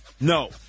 No